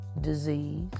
disease